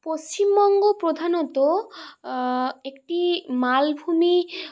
পশ্চিমবঙ্গ প্রধানত একটি মালভূমি